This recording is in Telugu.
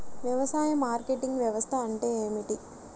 వ్యవసాయ మార్కెటింగ్ వ్యవస్థ అంటే ఏమిటి?